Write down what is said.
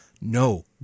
no